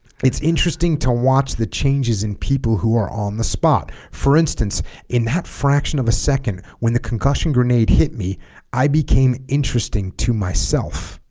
it's interesting to watch the changes in people who are on the spot for instance in that fraction of a second when the concussion grenade hit me i became interesting to myself